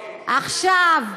לא,